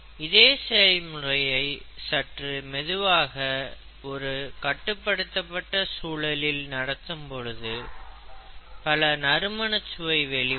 இதே செயல்முறையை சற்று மெதுவாக ஒரு கட்டுப்படுத்தப்பட்ட சூழலில் நடத்தும் பொழுது பல நறுமணச்சுவை வெளிவரும்